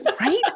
Right